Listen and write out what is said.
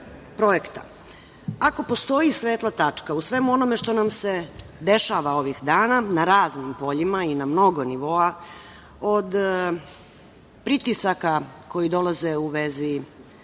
postoji svetla tačka u svemu onome što nam se dešava ovih dana na raznim poljima i na mnogo nivoa, od pritisaka koji dolaze u vezi